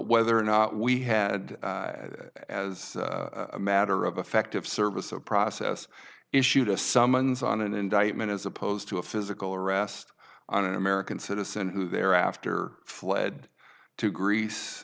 whether or not we had as a matter of effective service a process issued a summons on an indictment as opposed to a physical arrest on an american citizen who thereafter fled to greece